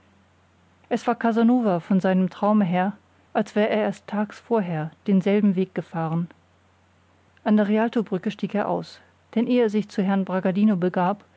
es war casanova von seinem traume her als wär er erst tags vorher denselben weg gefahren an der rialtobrücke stieg er aus denn eh er sich zu herrn bragadino begab